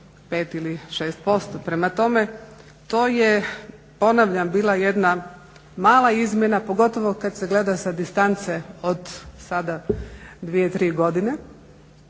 5 ili 6%. Prema tome, to je ponavljam bila jedna mala izmjena pogotovo kada se gleda sa distance od sada 2, 3 godine.